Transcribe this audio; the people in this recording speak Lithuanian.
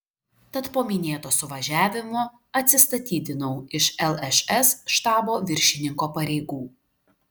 tad po minėto suvažiavimo atsistatydinau iš lšs štabo viršininko pareigų